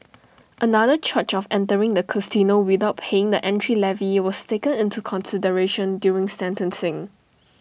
another charge of entering the casino without paying the entry levy was taken into consideration during sentencing